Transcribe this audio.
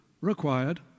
required